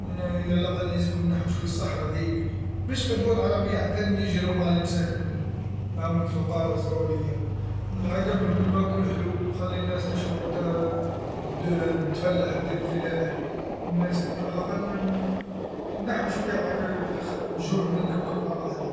على الأقل سيقولنا شويه الصحرا ذيك مش غير الدول العربيه حتى النيجر ومالي مساكن راهم فقرا زاوليا نعقب لهم الما كل حلو خلي الناس تشرب و و تفلح و دير فلالح الناس على الأقل نحو شوية جوع من كوكب الأرض هذا.